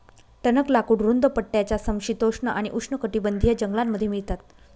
टणक लाकूड रुंद पट्ट्याच्या समशीतोष्ण आणि उष्णकटिबंधीय जंगलांमध्ये मिळतात